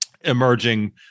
emerging